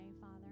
Father